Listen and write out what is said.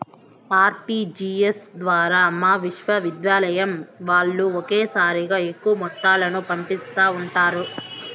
RTGS ద్వారా మా విశ్వవిద్యాలయం వాల్లు ఒకేసారిగా ఎక్కువ మొత్తాలను పంపిస్తా ఉండారు